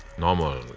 normal?